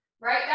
right